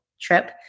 trip